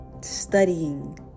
studying